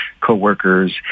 coworkers